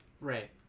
Right